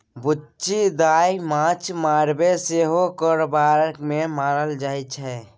बुच्ची दाय माँछ मारब सेहो कारोबार मे गानल जाइ छै